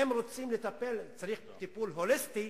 אם רוצים לטפל צריך טיפול הוליסטי,